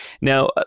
Now